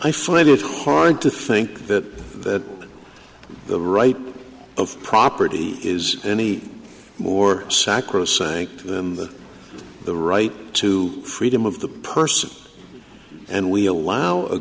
i find it hard to think that that the right of property is any more sacrosanct to them that the right to freedom of the purse and we allow a